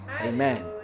Amen